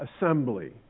assembly